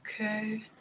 Okay